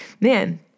man